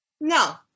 No